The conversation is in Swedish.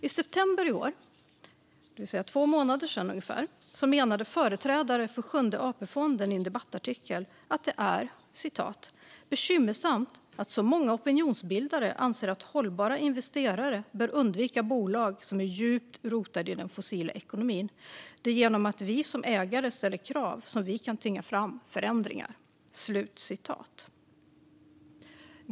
I september i år, alltså för ungefär två månader sedan, menade företrädare för Sjunde AP-fonden i en debattartikel att det är bekymmersamt att så många opinionsbildare anser att hållbara investerare bör undvika bolag som är djupt rotade i den fossila ekonomin. Det är genom att vi som ägare ställer krav som vi kan tvinga fram förändringar, hävdade de.